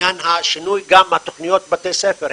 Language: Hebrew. גם התכניות בבתי ספר,